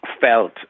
felt